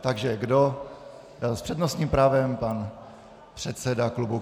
Takže kdo s přednostním právem pan předseda klubu KSČM.